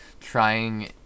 Trying